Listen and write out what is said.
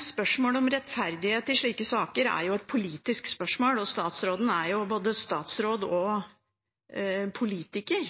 Spørsmålet om rettferdighet i slike saker er jo et politisk spørsmål, og statsråden er jo både statsråd og politiker,